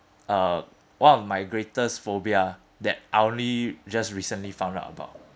uh one of my greatest phobia that I only just recently found out about